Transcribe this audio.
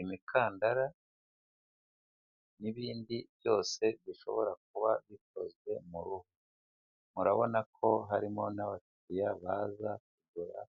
imikandara n'ibindi byose bishobora kuba bikonzwe mu ruhu. Murabona ko harimo n'abakiriya baza kugura.